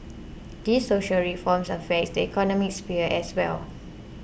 these social reforms affect the economic sphere as well